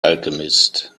alchemist